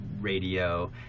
radio